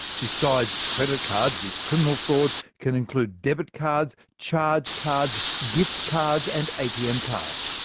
besides credit cards, this criminal fraud can include debit cards, charge cards, gift cards, and atm cards.